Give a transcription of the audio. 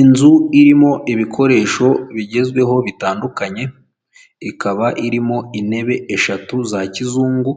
Inzu irimo ibikoresho bigezweho bitandukanye, ikaba irimo intebe eshatu za kizungu,